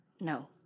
No